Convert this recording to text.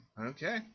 okay